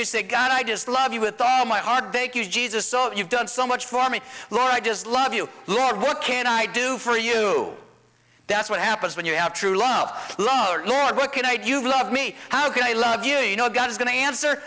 you say god i just love you with all my heart thank you jesus so you've done so much for me laura i just love you lord what can i do for you that's what happens when you have true love love the lord what can i do you love me how can i love you you know god is going to answer